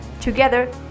together